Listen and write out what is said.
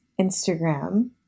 Instagram